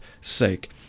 sake